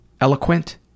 eloquent